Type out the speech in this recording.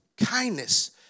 kindness